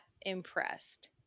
impressed